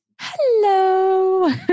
Hello